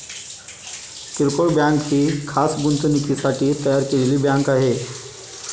किरकोळ बँक ही खास गुंतवणुकीसाठी तयार केलेली बँक आहे